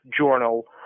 Journal